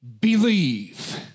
believe